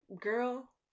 girl